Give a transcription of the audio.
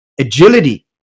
Agility